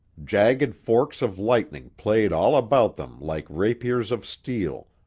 jagged forks of lightning played all about them like rapiers of steel,